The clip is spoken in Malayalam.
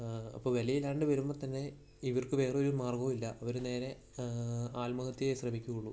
അപ്പോൾ വില ഇല്ലാണ്ട് വരുമ്പോൾ തന്നെ ഇവർക്ക് വേറൊരു മാർഗ്ഗവും ഇല്ല ഇവർ നേരെ ആത്മഹത്യ ശ്രമിക്കൂള്ളൂ